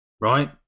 right